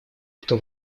кто